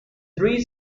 three